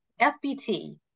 FBT